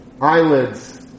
eyelids